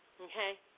Okay